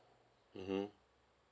mmhmm